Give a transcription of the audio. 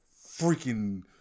freaking